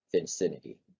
vicinity